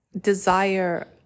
desire